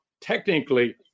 technically